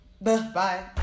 Bye